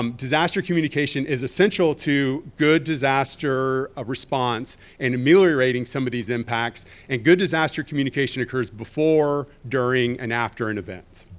um disaster communication is essential to good disaster ah response and ameliorating some of these impacts and good disaster communication occurs before, during, and after an event.